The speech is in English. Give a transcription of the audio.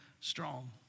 strong